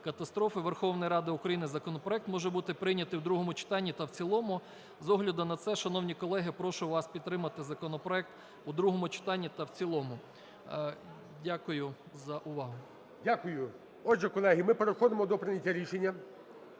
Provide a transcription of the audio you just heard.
катастрофи Верховної Ради України законопроект може бути прийнятий в другому читанні та в цілому. З огляду на це, шановні колеги, прошу вас підтримати законопроект у другому читанні та в цілому. Дякую за увагу. ГОЛОВУЮЧИЙ. Дякую. Отже, колеги, ми переходимо до прийняття рішення.